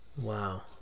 Wow